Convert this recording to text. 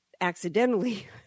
accidentally